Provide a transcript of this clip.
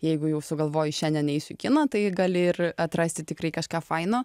jeigu jau sugalvoji šiandien eisiu į kiną tai gali ir atrasti tikrai kažką faino